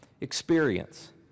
experience